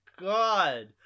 God